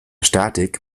statik